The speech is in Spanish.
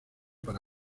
para